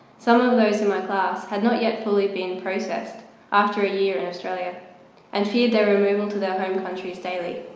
some of those in my class had not yet fully been processed after a year in australia and feared their removal to their home countries daily.